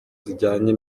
zijyanye